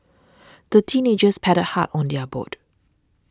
the teenagers paddled hard on their boat